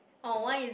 effort